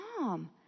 mom